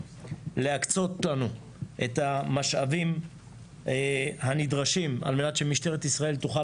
להקצות לנו את המשאבים הנדרשים על מנת שמשטרת ישראל תוכל